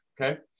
okay